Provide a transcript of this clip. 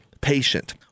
patient